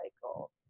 cycle